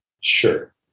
sure